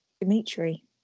Dimitri